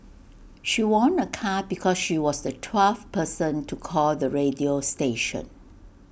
she won A car because she was the twelfth person to call the radio station